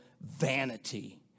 vanity